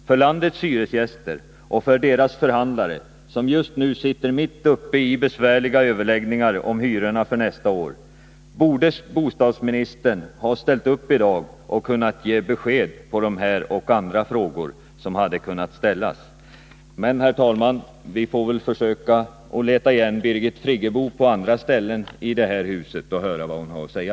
För landets hyresgäster och för deras förhandlare, som nu sitter mitt uppe i mycket besvärliga överläggningar om hyrorna för nästa år, borde bostadsministern ha ställt upp i dag och givit besked i dessa frågor och i andra som hade kunnat ställas. Men, herr talman, vi får väl försöka leta reda på Birgit Friggebo på någon annan plats än i detta hus och höra vad hon har att säga.